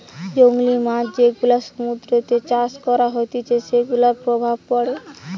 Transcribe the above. জংলী মাছ যেগুলা সমুদ্রতে চাষ করা হতিছে সেগুলার প্রভাব পড়ে